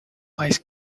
ice